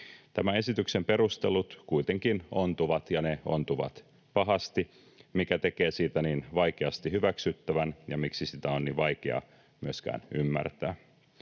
Tämän esityksen perustelut kuitenkin ontuvat, ja ne ontuvat pahasti, mikä tekee siitä niin vaikeasti hyväksyttävän ja miksi sitä on niin vaikea myöskään ymmärtää.